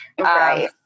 Right